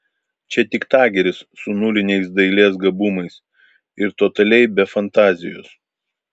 čia tik tageris su nuliniais dailės gabumais ir totaliai be fantazijos